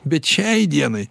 bet šiai dienai